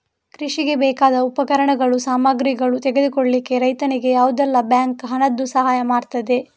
ಕೃಷಿಗೆ ಬೇಕಾದ ಉಪಕರಣಗಳು, ಸಾಮಗ್ರಿಗಳನ್ನು ತೆಗೆದುಕೊಳ್ಳಿಕ್ಕೆ ರೈತನಿಗೆ ಯಾವುದೆಲ್ಲ ಬ್ಯಾಂಕ್ ಹಣದ್ದು ಸಹಾಯ ಮಾಡ್ತದೆ?